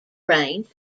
range